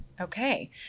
Okay